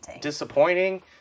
disappointing